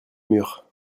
murs